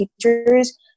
teachers